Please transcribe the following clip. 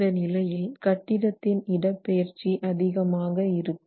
இந்த நிலையில் கட்டிடத்தின் இடப்பெயர்ச்சி அதிகமாக இருக்கும்